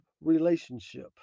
relationship